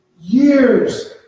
Years